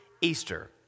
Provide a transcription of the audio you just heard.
Easter